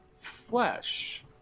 flesh